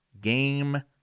game